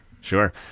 Sure